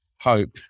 Hope